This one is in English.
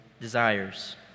desires